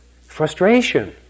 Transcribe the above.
frustration